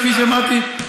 כפי שאמרתי,